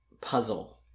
puzzle